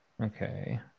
Okay